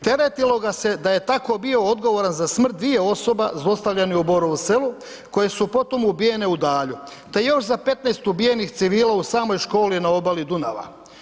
Teretilo ga se da je tako bio odgovaran za smrt dviju osoba zlostavljanih u Borovu Selu koje su potom ubijene u Dalju te za još 15 ubijenih civila u samoj školi na obali Dunava.